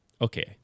Okay